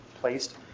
placed